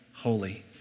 holy